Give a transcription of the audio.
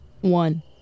One